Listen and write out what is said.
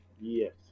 Yes